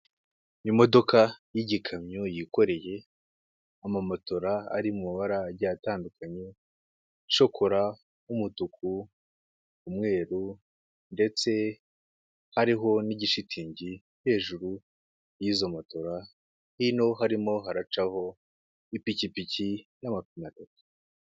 Imodoka y'igikamyo yikoreye amamatora ari mu mabara agiye atandukanye shokora, umutuku, umweru ndetse hariho n'igishitingi hejuru y'izo matora, hino harimo haracaho ipikipiki y'amapine atatu.